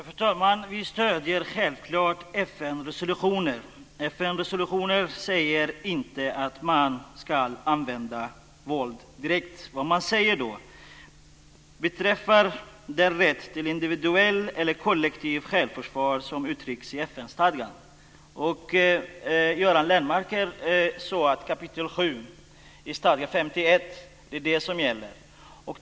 Fru talman! Vi stöder självklart FN-resolutioner. FN-resolutioner säger inte att man ska använda våld direkt. Beträffande den rätt till individuellt eller kollektivt självförsvar som uttrycks i FN-stadgan, Göran Lennmarker, är det kap. 7 i stadga 51 som gäller.